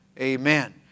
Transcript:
Amen